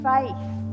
Faith